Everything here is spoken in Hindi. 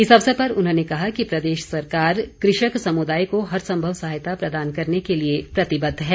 इस अवसर पर उन्होंने कहा कि प्रदेश सरकार कृषक समुदाय को हर सम्भव सहायता प्रदान करने के लिए प्रतिबद्ध है